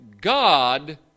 God